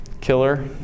Killer